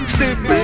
Stupid